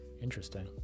interesting